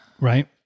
Right